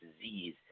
disease